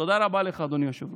תודה רבה לך, אדוני היושב-ראש.